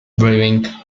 brewing